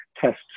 tests